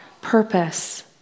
purpose